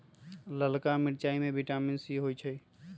ललका मिरचाई में विटामिन सी होइ छइ